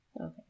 Okay